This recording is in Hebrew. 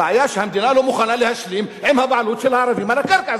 הבעיה שהמדינה לא מוכנה להשלים עם הבעלות של הערבים על הקרקע,